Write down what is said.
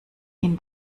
ihn